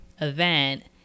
event